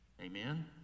Amen